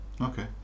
okay